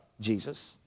Jesus